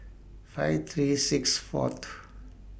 five three six four